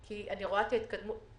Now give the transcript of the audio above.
אני רואה את ההתקדמות.